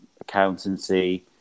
accountancy